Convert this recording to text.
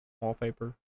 wallpaper